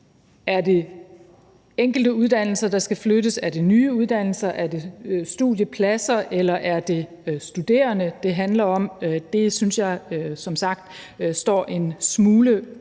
er det enkelte uddannelser, der skal flyttes, er det nye uddannelser, er det studiepladser eller studerende, det handler om? Det synes jeg som sagt står en smule uklart